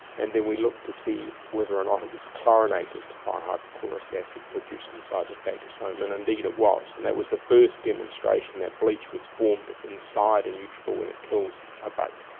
and then we looked to see whether or not it was chlorinated by hypochlorous acid produced inside the phagosome, and indeed it was. and that was the first demonstration that bleach was formed inside a and neutrophil when it kills a bug.